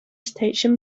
station